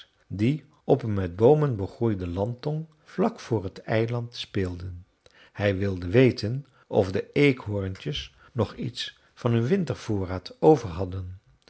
die op een met boomen begroeide landtong vlak voor het eiland speelden hij wilde weten of de eekhoorntjes nog iets van hun wintervoorraad over